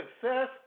Success